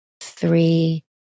three